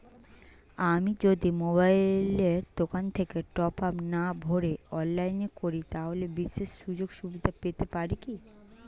আমি যদি মোবাইলের দোকান থেকে টপআপ না ভরে অনলাইনে করি তাহলে বিশেষ সুযোগসুবিধা পেতে পারি কি?